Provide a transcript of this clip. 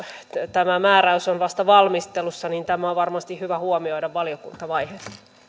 tämä määräys on vasta valmistelussa niin tämä on varmasti hyvä huomioida valiokuntavaiheessa